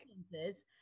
experiences